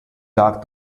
docked